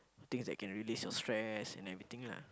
things that can relieve your stress and everything lah